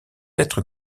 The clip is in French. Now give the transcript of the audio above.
être